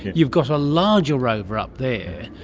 you've got a larger rover up there.